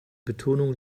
betonung